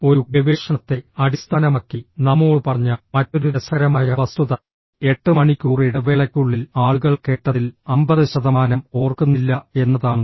ഒരു ഗവേഷണത്തെ അടിസ്ഥാനമാക്കി നമ്മോട് പറഞ്ഞ മറ്റൊരു രസകരമായ വസ്തുത 8 മണിക്കൂർ ഇടവേളയ്ക്കുള്ളിൽ ആളുകൾ കേട്ടതിൽ 50 ശതമാനം ഓർക്കുന്നില്ല എന്നതാണ്